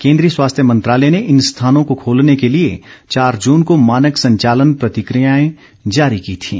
केंद्रीय स्वास्थ्य मंत्रालय ने इन स्थानों को खोलने के लिए चार जून को मानक संचालन प्रक्रियाएं जारी की थीं